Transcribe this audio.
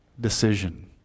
decision